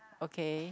okay